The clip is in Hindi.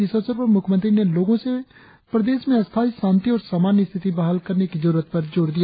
इस अवसर पर मुख्यमंत्री ने लोगो से प्रदेश में स्थाई शांति और सामान्य स्थिति बहाल करने की जरुरत पर जोर दिया